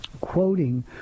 quoting